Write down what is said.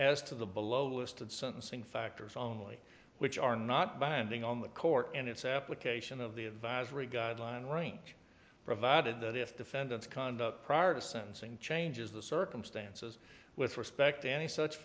as to the below listed sentencing factors only which are not binding on the court and its application of the advisory guideline range provided that if defendants conduct prior to sentencing changes the circumstances with respect to any such